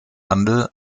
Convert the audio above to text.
handel